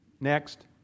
Next